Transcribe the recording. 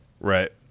Right